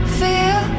feel